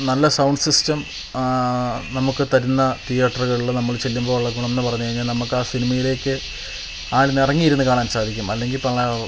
നല്ല sounds system നമുക്ക് തരുന്ന തിയേറ്ററുകൾള് നമ്മള് ചെല്ലുമ്പോൾ ഉള്ള ഗുണം എന്ന് പറഞ്ഞു കഴിഞ്ഞാൽ നമുക്കാ സിനിമയിലേക്ക് ആഴ്ന്നിറങ്ങി ഇരുന്ന് കാണാന് സാധിക്കും അല്ലെങ്കിൽ ഇപ്പം